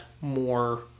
more